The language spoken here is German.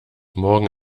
morgen